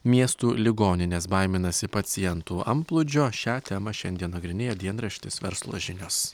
miestų ligoninės baiminasi pacientų antplūdžio šią temą šiandien nagrinėja dienraštis verslo žinios